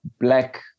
black